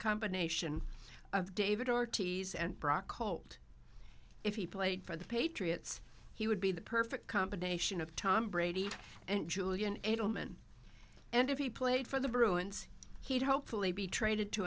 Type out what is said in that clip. combination of david ortiz and brock cult if he played for the patriots he would be the perfect combination of tom brady and julian edelman and if he played for the bruins he'd hopefully be traded to